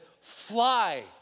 fly